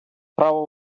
право